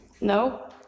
No